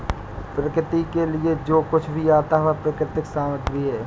प्रकृति के लिए जो कुछ भी आता है वह प्राकृतिक सामग्री है